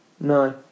No